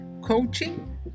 coaching